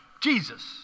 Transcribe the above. Jesus